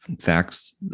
facts